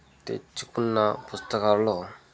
తెచ్చుకున్న పుస్తకాల్లో